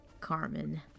Carmen